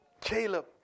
Caleb